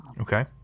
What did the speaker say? Okay